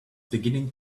beginning